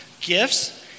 gifts